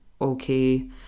okay